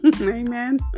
Amen